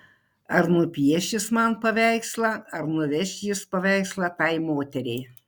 ar nupieš jis man paveikslą ar nuveš jis paveikslą tai moteriai